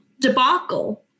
debacle